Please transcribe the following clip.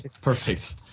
perfect